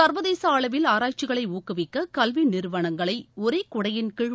சர்வதேச அளவில் ஆராய்ச்சிகளை ஊக்குவிக்க கல்வி நிறுவனங்களை ஒரே குடையின் கீழ்